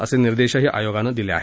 असे निर्देशही आयोगानं दिले आहेत